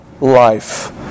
life